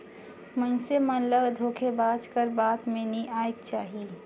मइनसे मन ल धोखेबाज कर बात में नी आएक चाही